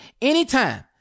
anytime